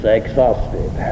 exhausted